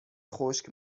خشک